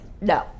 No